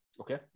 Okay